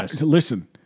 Listen